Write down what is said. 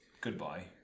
goodbye